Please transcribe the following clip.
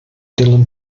dillon